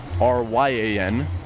R-Y-A-N